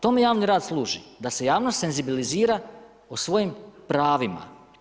Tome javni rad služi da se javnost senzibilizira o svojim pravima.